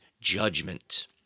judgment